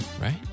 Right